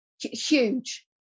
huge